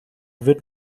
wird